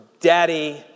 Daddy